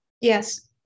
Yes